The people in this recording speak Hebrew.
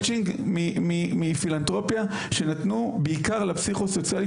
מצ'ינג מפילנתרופיה שנתנו בעיקר לפסיכו-סוציאלי